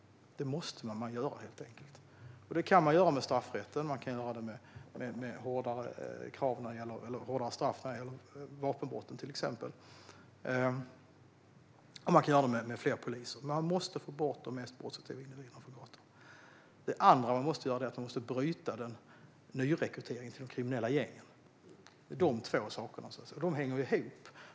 Det måste man helt enkelt göra. Det kan man göra med straffrätten, till exempel med hårdare straff när det gäller vapenbrotten. Man kan också göra det med fler poliser. Man måste få bort de mest brottsaktiva individerna från gatan. Det andra som man måste göra är att bryta nyrekryteringen till de kriminella gängen. Det är dessa två saker som man måste göra, och de hänger ihop.